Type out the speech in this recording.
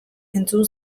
entzun